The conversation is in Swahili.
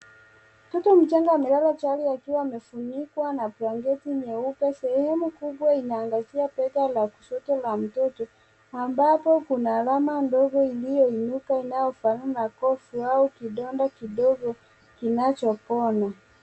Mtoto mchanga amelala chali akiwa amefunikwa na blanketi nyeupe, sehemu kubwa inaangazia bega la kushoto la mtoto ambapo kuna alama ndogo iliyoinuka inayofanana na kofu au kidonda kidogo kinachopona.